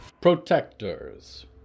Protectors